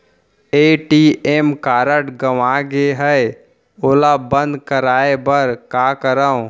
ATM card गंवा गे है ओला बंद कराये बर का करंव?